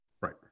Right